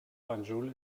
banjul